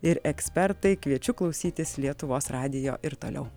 ir ekspertai kviečiu klausytis lietuvos radijo ir toliau